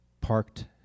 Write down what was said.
parked